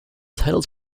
titles